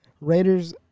Raiders